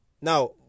Now